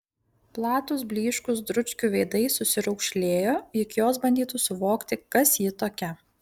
platūs blyškūs dručkių veidai susiraukšlėjo lyg jos bandytų suvokti kas ji tokia